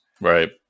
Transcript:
Right